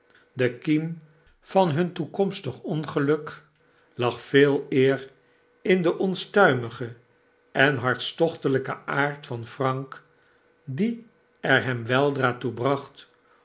de kiem van hun toekomstig ongeluk lag veeleer in den onstuimigen en hartstochtelgken aard van frank die er hem weldra toe bracht